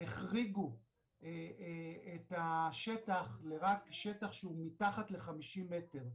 החריגו את השטח, לשטח שהוא רק מתחת לחמישים מטר.